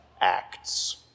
acts